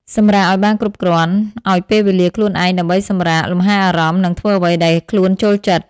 សម្រាកឲ្យបានគ្រប់គ្រាន់ ឲ្យពេលវេលាខ្លួនឯងដើម្បីសម្រាក លម្ហែអារម្មណ៍ និងធ្វើអ្វីដែលខ្លួនចូលចិត្ត។